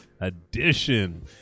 Edition